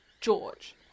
George